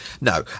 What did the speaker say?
No